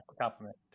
compliment